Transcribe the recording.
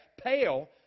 pale